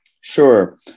Sure